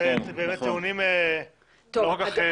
זה באמת טיעונים לא כל כך מוצלחים.